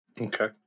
Okay